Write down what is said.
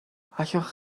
allwch